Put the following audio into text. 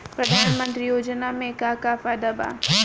प्रधानमंत्री योजना मे का का फायदा बा?